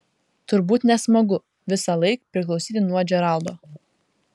turbūt nesmagu visąlaik priklausyti nuo džeraldo